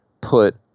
put